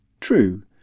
true